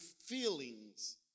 feelings